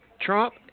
Trump